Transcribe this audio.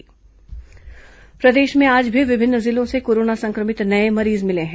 corona मरीज प्रदेश में आज भी विभिन्न जिलों से कोरोना संक्रमित नये मरीज मिले हैं